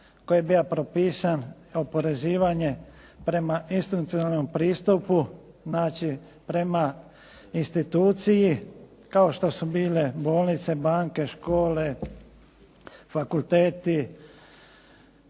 je bio potpisan kao oporezivanje prema institutivnom pristupu, znači prema instituciji kao što su bile bolnice, banke, škole, fakulteti,